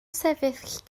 sefyll